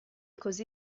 così